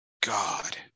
God